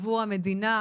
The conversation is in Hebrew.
עבור המדינה.